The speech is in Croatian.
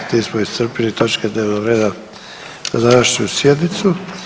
S tim smo iscrpili točke dnevnog reda za današnju sjednicu.